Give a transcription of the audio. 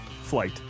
Flight